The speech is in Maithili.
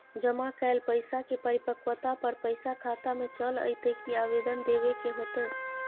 जमा कैल पैसा के परिपक्वता पर पैसा खाता में चल अयतै की आवेदन देबे के होतै?